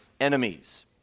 enemies